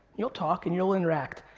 you'll talk and you'll interact,